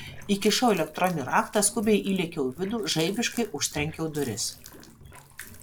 įkišau elektroninį raktą skubiai įlėkiau į vidų žaibiškai užtrenkiau duris